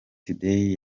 today